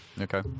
Okay